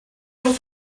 able